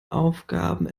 aufgaben